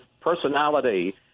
personality